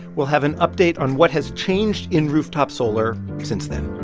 we'll have an update on what has changed in rooftop solar since then